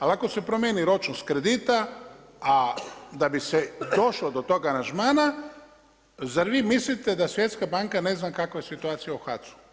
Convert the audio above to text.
Ali ako se promijeni ročnost kredita, a da bi se došlo do toga aranžmana, zar vi mislite da Svjetska banka ne zna kakva je situacija u HAC-u?